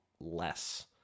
less